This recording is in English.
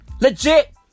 Legit